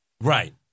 Right